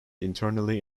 internally